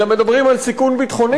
אלא מדברים על סיכון ביטחוני,